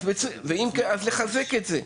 אז לחזק את זה.